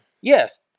Yes